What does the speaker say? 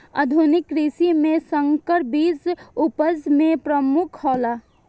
आधुनिक कृषि में संकर बीज उपज में प्रमुख हौला